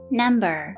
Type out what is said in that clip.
number